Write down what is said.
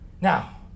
Now